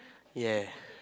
yeah